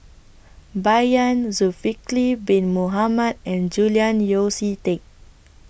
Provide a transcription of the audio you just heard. Bai Yan Zulkifli Bin Mohamed and Julian Yeo See Teck